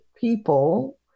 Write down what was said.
people